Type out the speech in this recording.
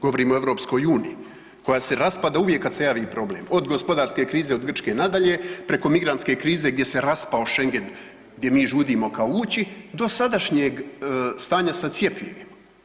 Govorim o EU koja se raspada uvijek kad se javi problem od gospodarske krize, od Grčke na dalje preko migrantske krize gdje se raspao Schengen, gdje mi žudimo kao ući do sadašnjeg stanja sa cjepivima.